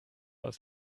aus